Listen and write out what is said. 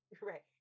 right